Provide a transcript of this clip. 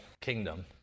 kingdom